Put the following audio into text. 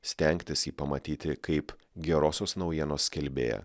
stengtis jį pamatyti kaip gerosios naujienos skelbėją